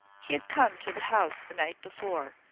he had come to the house the night before,